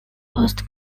cost